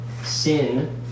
Sin